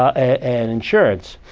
and insurance.